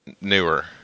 newer